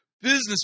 business